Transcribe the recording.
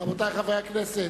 חוק ומשפט,